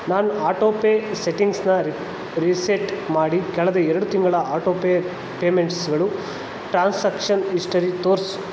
ನನ್ನ ಆಟೋಪೇ ಸೆಟ್ಟಿಂಗ್ಸನ್ನ ರೀಸೆಟ್ ಮಾಡಿ ಕಳೆದ ಎರಡು ತಿಂಗಳ ಆಟೋಪೇ ಪೇಮೆಂಟ್ಸ್ಗಳ ಟ್ರಾನ್ಸಾಕ್ಷನ್ ಹಿಸ್ಟರಿ ತೋರ್ಸು